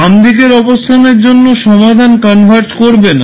বাম দিকের অবস্থানের জন্য সমাধান কনভারজ করবে না